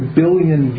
billion